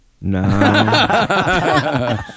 No